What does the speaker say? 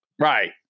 Right